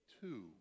two